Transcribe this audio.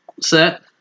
set